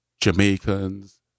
Jamaicans